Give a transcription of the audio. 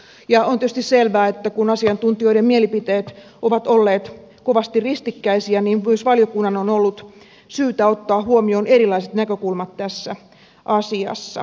on tietysti selvää että kun asiantuntijoiden mielipiteet ovat olleet kovasti ristikkäisiä myös valiokunnan on ollut syytä ottaa huomioon erilaiset näkökulmat tässä asiassa